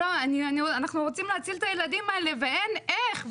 אנחנו רוצים להציל את הילדים האלה ואין איך,